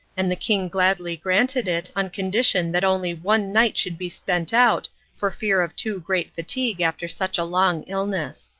and the king gladly granted it on condition that only one night should be spent out for fear of too great fatigue after such a long illness.